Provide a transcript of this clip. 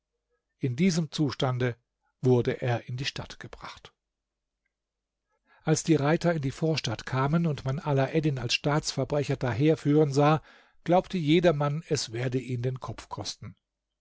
in diesem zustande wurde er in die stadt gebracht als die reiter in die vorstadt kamen und man alaeddin als staatsverbrecher daher führen sah glaubte jedermann es werde ihn den kopf kosten